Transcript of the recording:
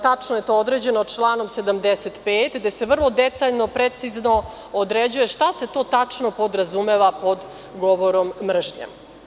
Tačno je to određeno članom 75. gde se vrlo detaljno, precizno određuje šta se to tačno podrazumeva pod govorom mržnje.